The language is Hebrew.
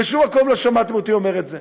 בשום מקום לא שמעתם אותי אומר את זה.